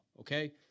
okay